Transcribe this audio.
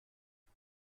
زده